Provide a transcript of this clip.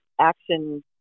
action